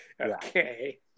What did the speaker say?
Okay